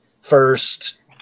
first